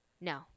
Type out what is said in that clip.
No